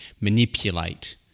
manipulate